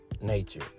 nature